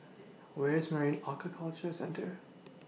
Where IS Marine Aquaculture Centre